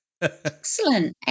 excellent